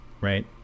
right